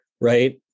right